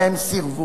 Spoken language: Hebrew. והן סירבו.